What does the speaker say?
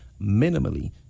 minimally